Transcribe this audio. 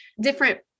different